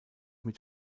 mit